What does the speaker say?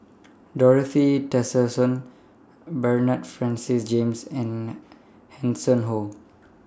Dorothy Tessensohn Bernard Francis James and Hanson Ho